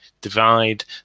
divide